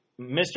Mr